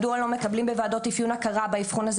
מדוע לא מקבלים בוועדות אפיון הכרה באבחון הזה